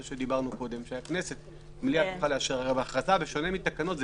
בשונה מהתקנות,